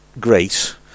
Great